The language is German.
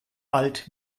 alt